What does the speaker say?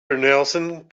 nelson